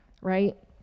right